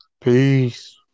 Peace